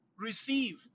Receive